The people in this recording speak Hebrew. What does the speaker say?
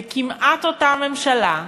וכמעט אותה ממשלה,